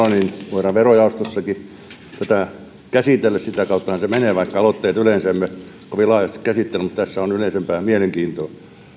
voidaan verojaostossakin tätä käsitellä sitä kauttahan se menee vaikka aloitteita yleensä emme kovin laajasti käsittele mutta tässä on yleisempää mielenkiintoa